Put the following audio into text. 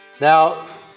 Now